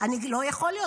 לא יכול להיות,